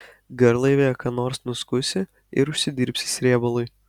garlaivyje ką nors nuskusi ir užsidirbsi srėbalui